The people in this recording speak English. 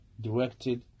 directed